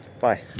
Bye